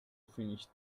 finish